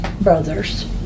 brothers